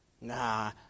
Nah